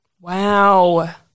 Wow